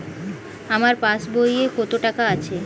আমার পাস বইয়ে কত টাকা আছে?